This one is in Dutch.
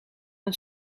een